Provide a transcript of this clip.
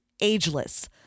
ageless